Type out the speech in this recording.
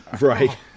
Right